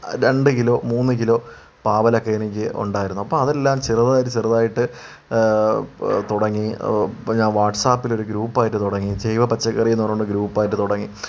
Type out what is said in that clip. രണ്ട് കിലോ മൂന്ന് കിലോ പാവലൊക്കെ എനിക്ക് ഉണ്ടായിരുന്നു അപ്പോൾ അതെല്ലാം ചെറുതായിട്ട് ചെറുതായിട്ട് തുടങ്ങി പിന്നെ വാട്സ്ആപ്പിലൊരു ഗ്രൂപ്പായിട്ട് തുടങ്ങി ജൈവ പച്ചക്കറിയെന്ന് പറഞ്ഞിട്ട് ഗ്രൂപ്പായിട്ട് തുടങ്ങി